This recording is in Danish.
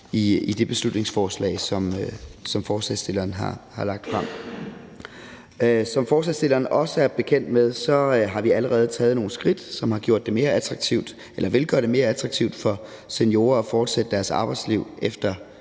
i det beslutningsforslag, som forslagsstillerne har fremsat. Som forslagsstillerne også er bekendt med, har vi allerede taget nogle skridt, som vil gøre det mere attraktivt for seniorer at fortsætte deres arbejdsliv efter